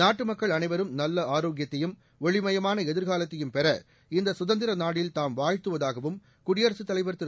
நாட்டு மக்கள் அனைவரும் நல்ல ஆரோக்கியத்தையும் ஒளிமயமான எதிர்காலத்தையும் பெற இந்த சுதந்திர நாளில் தாம் வாழ்த்துவதாகவும் குடியரசுத் தலைவர் திரு